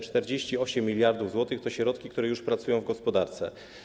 48 mld zł z tej kwoty to środki, które już pracują w gospodarce.